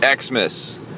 Xmas